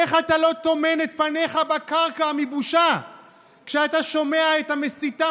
איך אתה לא טומן את פניך בקרקע מבושה כשאתה שומע את המסיתה,